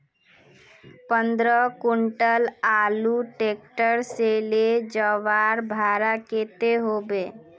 पंद्रह कुंटल आलूर ट्रैक्टर से ले जवार भाड़ा कतेक होबे?